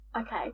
Okay